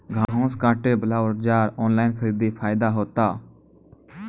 घास काटे बला औजार ऑनलाइन खरीदी फायदा होता?